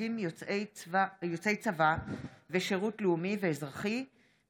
התשפ"א